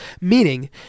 meaning